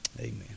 Amen